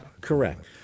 Correct